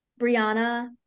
Brianna